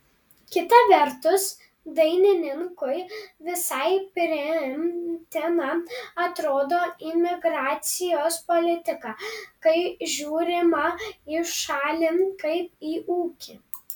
kita vertus dainininkui visai priimtina atrodo imigracijos politika kai žiūrima į šalį kaip į ūkį